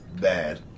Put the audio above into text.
bad